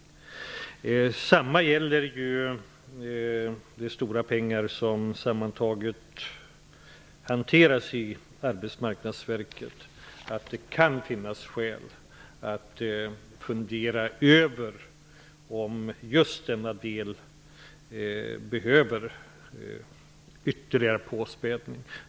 Detsamma gäller de stora pengar som sammantaget hanteras av Arbetsmarknadsverket. Det kan finnas skäl att fundera över om just denna del behöver ytterligare påspädning.